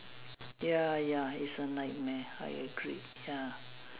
ya ya is a nightmare I agreed ya